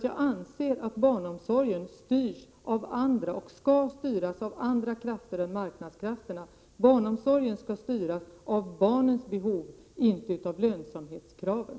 Jag anser att barnomsorgen skall styras av andra krafter än marknadskrafterna. Barnomsorgen skall styras av barnens behov och inte av lönsamhetskraven.